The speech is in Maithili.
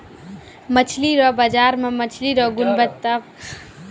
मछली रो बाजार मे मछली रो गुणबत्ता पर दाम देलो जाय छै